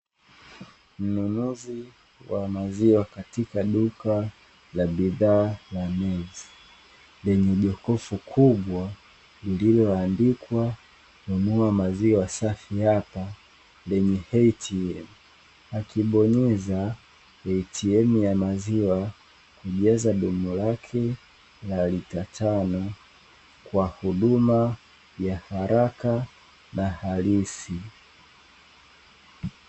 Mnunuzi wa maziwa katika duka la bidhaa, kubva lilioandikwa nunua maziwa safi hapa. Piga eti ya maziwa niitiwe ya maziwa yake na alitakaa kwa huduma ya haraka na halisi.